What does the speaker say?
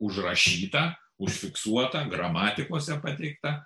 užrašyta užfiksuota gramatikose pateikta